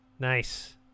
nice